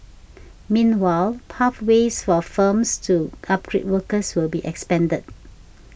meanwhile pathways for firms to upgrade workers will be expanded